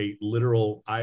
literal